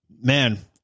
man